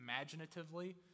imaginatively